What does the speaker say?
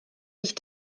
ich